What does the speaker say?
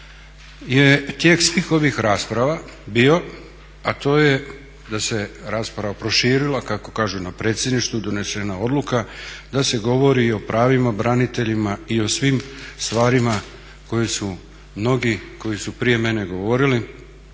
je tijek svih ovih rasprava bio, a to je da se rasprava proširila kako kažu na predsjedništvu je donesena odluka da se govori i o pravima branitelja i o svim stvarima koje su mnogi koji su prije mene govorili